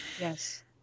Yes